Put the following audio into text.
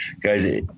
guys